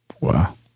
Wow